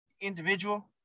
individual